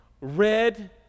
red